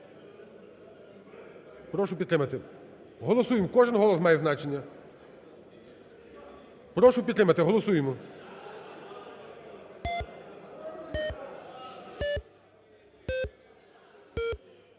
Прошу підтримати. Голосуємо, кожен голос має значення. Прошу підтримати. Голосуємо.